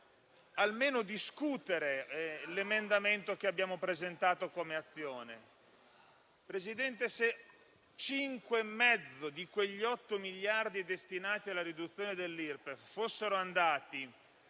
almeno discutere l'emendamento che abbiamo presentato come Misto-+Europa-Azione. Signor Presidente, se 5,5 di quegli 8 miliardi destinati alla riduzione dell'Irpef fossero andati